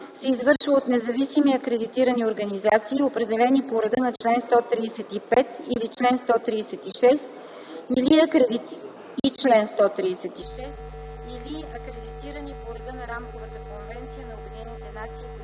се извършва от независими акредитирани организации, определени по реда на чл. 135 и чл. 136 или акредитирани по реда на Рамковата конвенция на Обединените нации